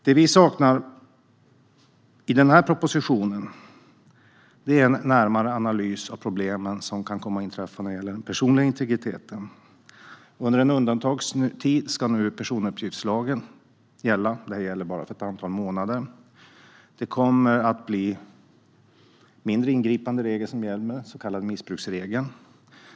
Det vi saknar i propositionen är en närmare analys av problemen som kan komma att uppstå när det gäller den personliga integriteten. Under en undantagstid - bara ett antal månader - ska nu personuppgiftslagen gälla. Det kommer att bli mindre ingripande regler som gäller - den så kallade missbruksregeln.